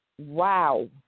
wow